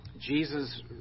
Jesus